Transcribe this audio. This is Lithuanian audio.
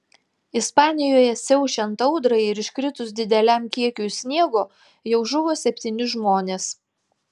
ispanijoje siaučiant audrai ir iškritus dideliam kiekiui sniego jau žuvo septyni žmonės